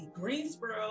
Greensboro